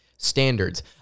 standards